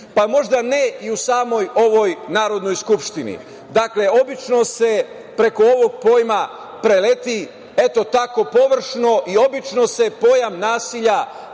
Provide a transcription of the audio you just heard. pa možda ne i u samoj ovoj Narodnoj skupštini. Obično se preko ovog pojma preleti, eto tako površno i obično se pojam nasilja,